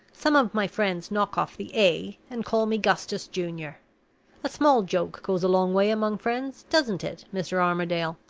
some of my friends knock off the a, and call me gustus junior a small joke goes a long way among friends, doesn't it, mr. armadale?